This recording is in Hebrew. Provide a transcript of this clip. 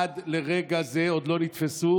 עד לרגע זה עוד לא נתפסו,